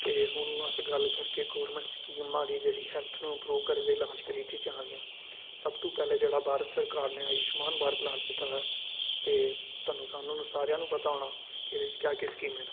ते हून अस गल्ल करगे गौरमेंट स्कीमां दी जेह्ड़े हैल्थ नूं इम्प्रूव करदे लाज ट्रीट च आई दियां सब तू पैह्लें जेह्ड़ा भारत सरकार ने आयुष्मान भारत लांच कीते दा ऐ ते थुहान्नूं सारेंआं गी पता होना कि एह्दे च क्या क्या स्कीम ऐ